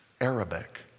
Arabic